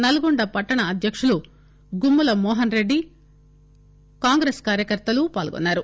నల్గొండ పట్టణ అధ్యక్షుడు గుమ్ముల మోహన్ రెడ్డి కాంగ్రెస్ కార్యకర్తలు పాల్గొన్నారు